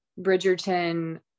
Bridgerton